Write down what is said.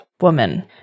woman